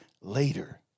later